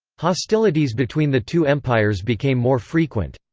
hostilities between the two empires became more frequent.